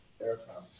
aircraft